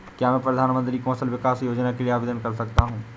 क्या मैं प्रधानमंत्री कौशल विकास योजना के लिए आवेदन कर सकता हूँ?